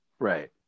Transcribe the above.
Right